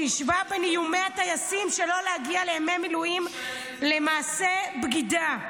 שהשווה בין איומי הטייסים שלא להגיע לימי מילואים למעשי בגידה.